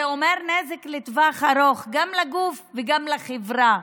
זה אומר נזק לטווח ארוך, גם לגוף וגם לחברה.